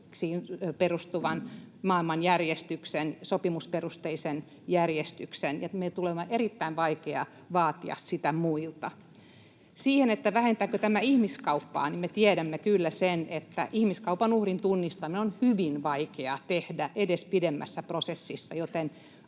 perustuvan maailmanjärjestyksen, sopimusperusteisen järjestyksen? Meille tulee erittäin vaikeaa vaatia sitä muilta. Vähentääkö tämä sitten ihmiskauppaa? Me tiedämme kyllä sen, että ihmiskaupan uhrin tunnistaminen on hyvin vaikea tehdä edes pidemmässä prosessissa, joten